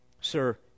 Sir